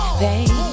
pain